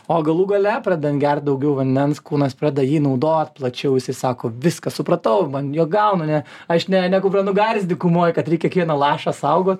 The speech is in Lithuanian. o galų gale pradedam gert daugiau vandens kūnas pradeda jį naudot plačiau jisai sako viskas supratau man jo gaunu ne aš ne ne kupranugaris dykumoj kad reik kiekvieną lašą saugo